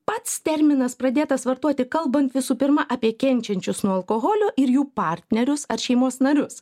pats terminas pradėtas vartoti kalbant visų pirma apie kenčiančius nuo alkoholio ir jų partnerius ar šeimos narius